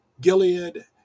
Gilead